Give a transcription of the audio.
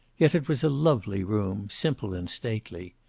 yet it was a lovely room, simple and stately.